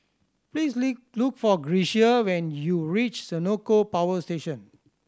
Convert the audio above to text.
please look for Grecia when you reach Senoko Power Station